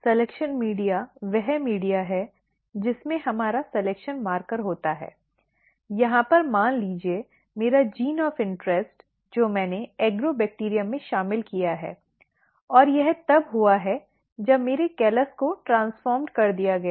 selection media वह media है जिसमें हमारा सलिक्शन मार्कर होता है यहाँ पर मान लीजिए मेरा जीन ऑफ इंटरेस्ट जो मैंने एग्रोबैक्टीरियम में शामिल किया है और यह तब हुआ है जब मेरे कैलस को ट्रांसफॉर्म्ड कर दिया गया है